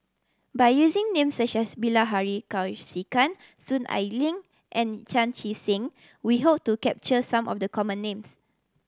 by using names such as Bilahari Kausikan Soon Ai Ling and Chan Chee Seng we hope to capture some of the common names